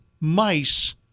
mice